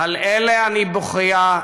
"על אלה אני בוכיה,